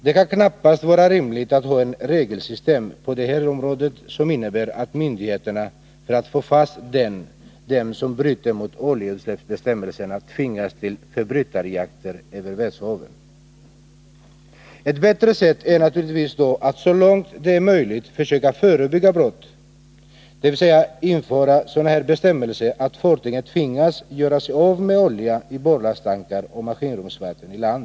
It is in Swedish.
Det kan knappast vara rimligt att ha ett regelsystem på det här området som innebär att myndigheterna, för att få fast dem som bryter mot oljeutsläppsbestämmelserna, tvingas till förbrytarjakter över världshaven. Ftt bättre sätt är naturligtvis då att så långt det är möjligt försöka förebygga brott, dvs. införa sådana bestämmelser att fartygen tvingas göra sig av med olja i barlasttankar och maskinrumsvatten i land.